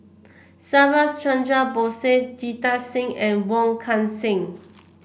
Subhas Chandra Bose Jita Singh and Wong Kan Seng